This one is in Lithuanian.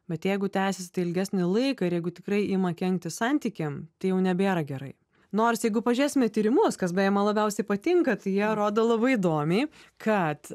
bet jeigu tęsiasi tai ilgesnį laiką ir jeigu tikrai ima kenkti santykiam tai jau nebėra gerai nors jeigu pažiūrėsime tyrimus kas beje man labiausiai patinka jie rodo labai įdomiai kad